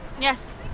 Yes